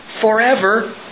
forever